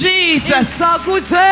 Jesus